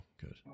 Good